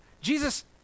Jesus